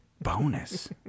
bonus